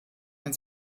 ein